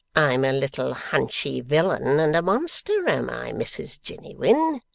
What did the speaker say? i'm a little hunchy villain and a monster, am i, mrs jiniwin?